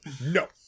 No